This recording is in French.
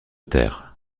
terre